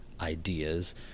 ideas